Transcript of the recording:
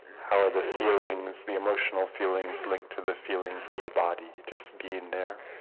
how are the feelings the emotional feelings linked to the feelings of the body just being there